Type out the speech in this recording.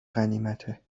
غنیمته